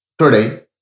today